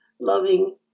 loving